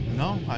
No